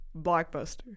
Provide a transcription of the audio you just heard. blockbuster